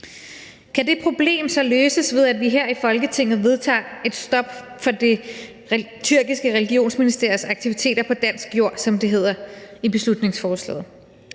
Kan det problem så løses, ved at vi i Folketinget vedtager et stop for det tyrkiske religionsministeriums aktiviteter på dansk jord, som det hedder i beslutningsforslaget?